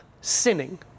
sinning